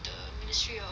the ministry of